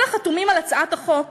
וכל החתומים על הצעת החוק